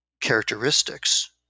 characteristics